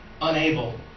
unable